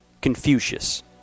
Confucius